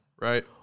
right